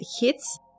hits